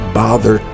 bother